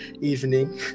evening